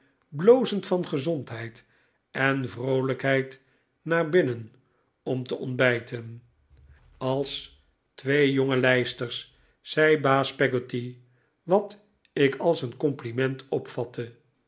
blozend van gezondheid en vroolijkheid naar binnen om te ontbijten als twee jonge lijsters zei baas peggotty wat ik als een compliment opvatte